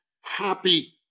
happy